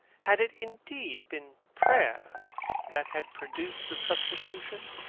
had it indeed been prayer that had produced the substitution?